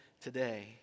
today